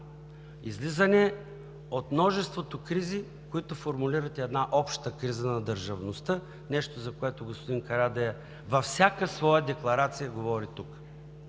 излизане от множеството кризи, които формулират една обща криза на държавността – нещо, за което господин Карадайъ говори тук във всяка своя декларация – криза